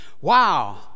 wow